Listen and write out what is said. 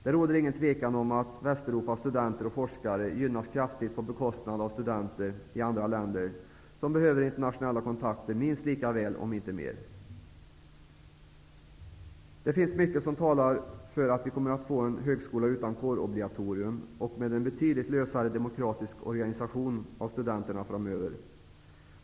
Det råder inget tvivel om att Västeuropas studenter och forskare gynnas kraftigt på bekostnad av studenter i andra länder, som behöver internationella kontakter minst lika väl, om inte bättre. Det finns mycket som talar för att vi kommer att få en högskola utan kårobligatorium och med en betydligt lösare demokratisk organisation av studenterna framöver.